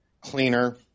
cleaner